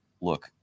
look